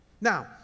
Now